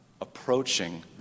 approaching